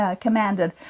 commanded